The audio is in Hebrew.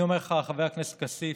חבר הכנסת כסיף,